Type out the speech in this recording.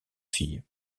fille